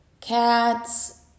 cats